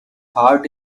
heart